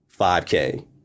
5K